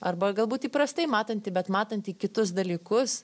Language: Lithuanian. arba galbūt įprastai matantį bet matantį kitus dalykus